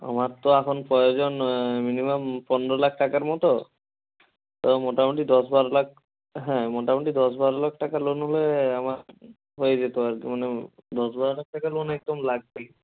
আমার তো এখন প্রয়োজন মিনিমাম পনেরো লাখ টাকার মতো তো মোটামুটি দশ বারো লাখ হ্যাঁ মোটামুটি দশ বারো লাখ টাকা লোন হলে আমার হয়ে যেত আর কি মানে দশ বারো লাখ টাকা লোন একদম লাগবেই